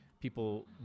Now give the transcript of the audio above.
people